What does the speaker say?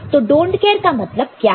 तो don't care का मतलब क्या है